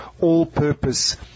all-purpose